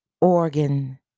organ